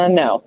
no